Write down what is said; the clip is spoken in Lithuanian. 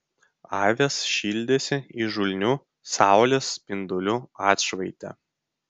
avys šildėsi įžulnių saulės spindulių atšvaite